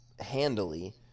handily